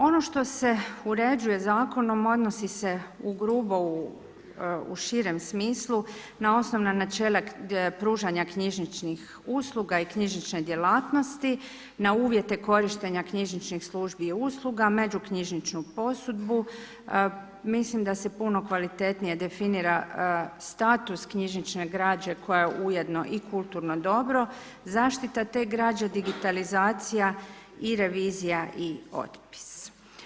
Ono što se uređuje zakonom odnosi se ugrubo u širem smislu na osnovna načela pružanja knjižničnih usluga i knjižnične djelatnosti na uvjete korištenja knjižničnih službi i usluga, međuknjižničnu posudbu, mislim da se puno kvalitetnije definira status knjižnične građe koja je ujedno i kulturno dobro, zaštita te građe, digitalizacija i revizija i otpis.